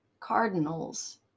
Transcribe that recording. cardinals